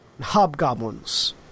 hobgoblins